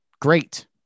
Great